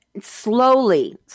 slowly